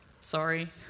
sorry